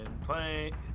playing